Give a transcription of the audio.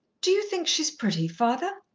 do you think she's pretty, father?